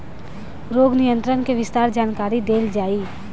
रोग नियंत्रण के विस्तार जानकरी देल जाई?